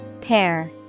Pair